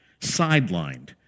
sidelined